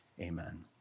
amen